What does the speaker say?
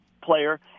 Player